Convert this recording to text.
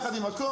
יחד עם הכול,